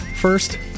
First